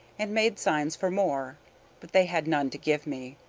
and made signs for more but they had none to give me.